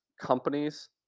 companies